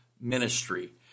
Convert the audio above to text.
ministry